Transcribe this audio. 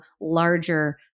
larger